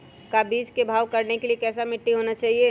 का बीज को भाव करने के लिए कैसा मिट्टी होना चाहिए?